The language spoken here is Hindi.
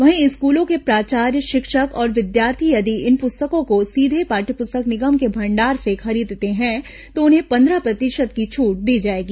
वहीं स्कूलों के प्राचार्य शिक्षक और विद्यार्थी यदि इन प्रस्तकों को सीघे पाठय पुस्तक निगम के भंडार से खरीदतें हैं तो उन्हें पंद्रह प्रतिशत की छूट दी जाएगी